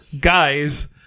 Guys